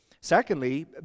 Secondly